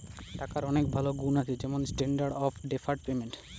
টাকার অনেক ভালো গুন্ আছে যেমন স্ট্যান্ডার্ড অফ ডেফার্ড পেমেন্ট